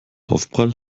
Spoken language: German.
aufprall